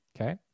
Okay